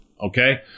okay